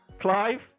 Clive